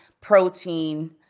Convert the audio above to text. protein